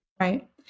Right